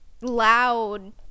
loud